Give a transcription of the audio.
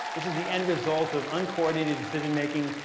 this is the end result of uncoordinated decision making.